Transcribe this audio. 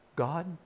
God